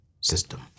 system